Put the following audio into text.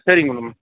சரிங்க மேடம்